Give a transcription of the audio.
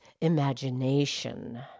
imagination